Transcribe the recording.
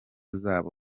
zabo